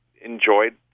enjoyed